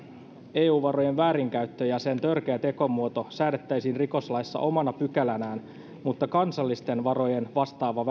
eu varojen väärinkäyttö ja sen törkeä tekomuoto säädettäisiin rikoslaissa omana pykälänään mutta kansallisten varojen vastaavaa